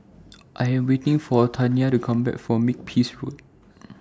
I Am waiting For Tania to Come Back from Makepeace Road